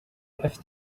afite